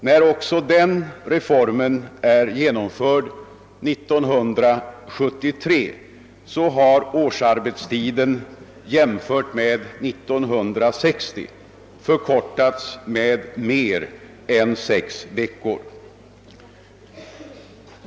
När också den reformen är genomförd år 1973, har årsarbetstiden jämfört med 1960 förkortats med mer än sex veckor.